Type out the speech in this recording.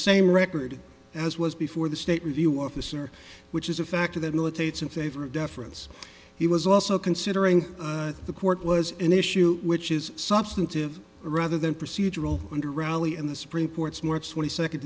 same record as was before the state review officer which is a factor that militates in favor of deference he was also considering the court was an issue which is substantive rather than procedural under rally and the supreme court's march twenty second